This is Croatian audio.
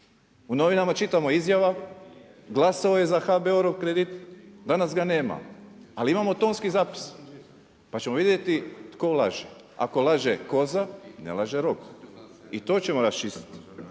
U novinama čitamo izjava glasovao je za HBOR-ov kredit, danas ga nema. Ali imamo tonski zapis, pa ćemo vidjeti tko laže. Ako laže koza, ne laže rog. I to ćemo raščistiti.